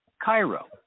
Cairo